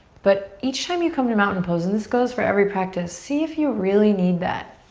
but each time you come to mountain pose, and this goes for every practice, see if you really need that.